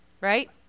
right